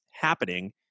happening